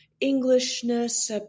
Englishness